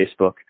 Facebook